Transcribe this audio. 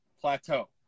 plateau